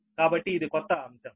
కాబట్టి ఇది కొత్త అంశం